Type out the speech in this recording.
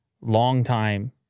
longtime